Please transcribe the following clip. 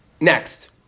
next